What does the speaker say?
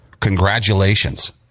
Congratulations